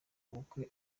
ubukwe